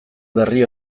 berri